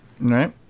right